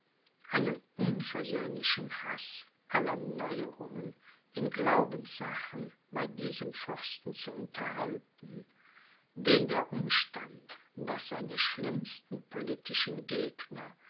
einen unversöhnlichen haß aller neuerungen in glaubenssachen bei diesem fürsten zu unterhalten den der umstand daß seine schlimmsten politischen gegner